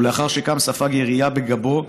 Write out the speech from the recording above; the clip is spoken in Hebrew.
ולאחר שקם ספג ירייה בגבו,